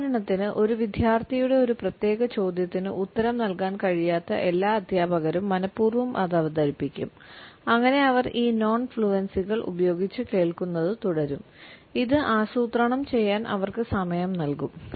ഉദാഹരണത്തിന് ഒരു വിദ്യാർത്ഥിയുടെ ഒരു പ്രത്യേക ചോദ്യത്തിന് ഉത്തരം നൽകാൻ കഴിയാത്ത എല്ലാ അദ്ധ്യാപകരും മനപൂർവ്വം അത് അവതരിപ്പിക്കും അങ്ങനെ അവർ ഈ നോൺ ഫ്ലുവൻസികൾ ഉപയോഗിച്ച് കേൾക്കുന്നത് തുടരും ഇത് ആസൂത്രണം ചെയ്യാൻ അവർക്ക് സമയം നൽകും